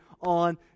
on